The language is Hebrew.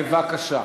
בבקשה.